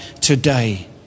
today